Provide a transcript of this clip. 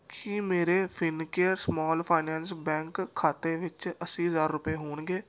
ਕੀ ਮੇਰੇ Fincare small finance bank ਖਾਤੇ ਵਿੱਚ ਅੱਸੀ ਹਜ਼ਾਰ ਰੁਪਏ ਹੋਣਗੇ